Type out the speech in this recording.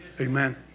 Amen